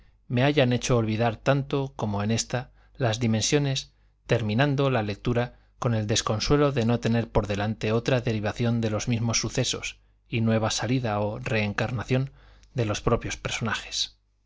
me hayan hecho olvidar tanto como en esta las dimensiones terminando la lectura con el desconsuelo de no tener por delante otra derivación de los mismos sucesos y nueva salida o reencarnación de los propios personajes